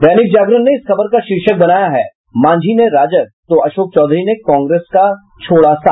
दैनिक जागरण ने इस खबर का शीर्षक बनाया है मांझी ने राजग तो अशोक चौधरी ने कांग्रेस का छोड़ा साथ